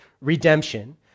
redemption